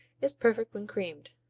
is perfect when creamed.